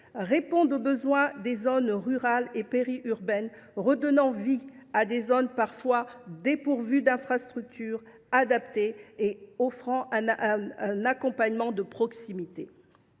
répondent aux besoins des zones rurales et périurbaines, redonnant vie à des territoires parfois dépourvus d’infrastructures adaptées et offrant un accompagnement de proximité.